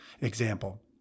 example